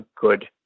good